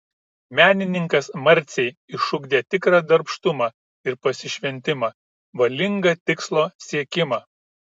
menininkas marcei išugdė tikrą darbštumą ir pasišventimą valingą tikslo siekimą